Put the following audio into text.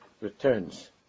returns